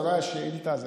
זו לא הייתה שאילתה.